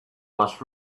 was